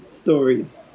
stories